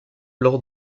lors